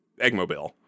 Eggmobile